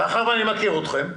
מאחר ואני מכיר אתכם,